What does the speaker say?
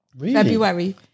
February